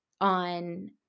on